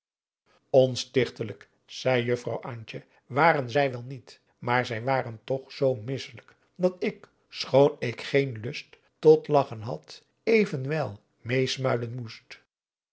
onstichtelijk zeî juffrouw antje waren zij wel niet maar zij waren toch zoo misselijk dat ik schoon ik geen lust tot lagchen had evenwel meesmuilen moest